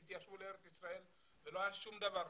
התיישבו בארץ ישראל ולא היה להם שום דבר,